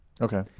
Okay